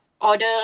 order